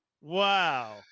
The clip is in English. Wow